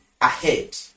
ahead